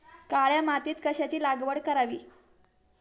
काळ्या मातीत कशाची लागवड करावी?